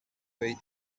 wait